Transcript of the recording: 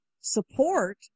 support